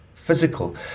Physical